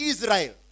Israel